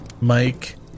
Mike